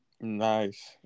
Nice